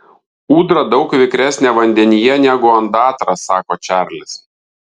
ūdra daug vikresnė vandenyje negu ondatra sako čarlis